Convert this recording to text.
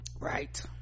right